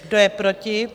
Kdo je proti?